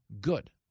good